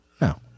No